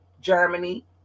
Germany